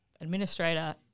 administrator